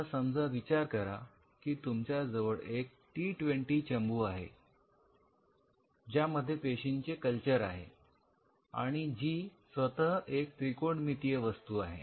आता समजा विचार करा की तुमच्याजवळ एक टी ट्वेंटी चंबु आहे ज्यामध्ये पेशींचे कल्चर आहे आणि जी स्वतः एक त्रिकोणमितीय वस्तू आहे